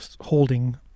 holding